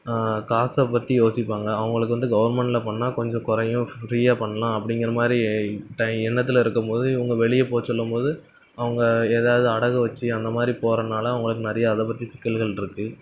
காசை பற்றி யோசிப்பாங்க அவங்களுக்கு வந்து கவர்மெண்டில் பண்ணால் கொஞ்சம் குறையும் ஃப்ரீயாக பண்ணலாம் அப்படிங்குற மாதிரி டை எண்ணத்தில் இருக்கும்போது இவங்க வெளியே போகச்சொல்லும் போது அவங்க எதாவது அடகு வச்சு அந்த மாதிரி போகிறனால அவங்களுக்கு நிறையா அதைப் பற்றி சிக்கல்கள் இருக்குது